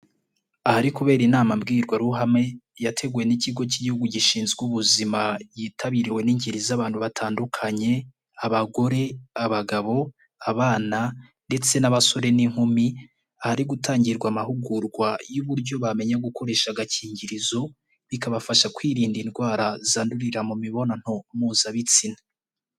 Ahari kubera inama mbwirwaruhame yateguwe n'Ikigo k'Igihugu gishinzwe Ubuzima yitabiriwe n'ingeri z'abantu batandukanye: abagore, abagabo, abana ndetse n'abasore n'inkumi, hari gutangirwa amahugurwa y'uburyo bamenya gukoresha agakingirizo, bikabafasha kwirinda indwara zandurira mu mibonano mpuzabitsina.